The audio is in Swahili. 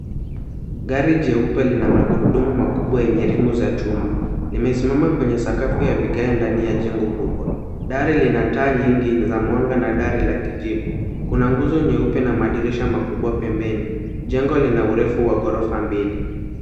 Gari nyeupe lina magurudumu makubwa yenye rimu ya chuma, limesimama kwenye sakafu ya vigae ndani ya jengo kubwa. Gari lina taa nyingi la mwanga na radi la kijivu. Kuna nguzo nyeupe na madirisha makubwa pembeni. Jengo lina urefu wa ghorofa mbili.